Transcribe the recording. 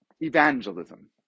evangelism